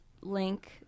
link